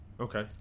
Okay